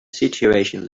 situation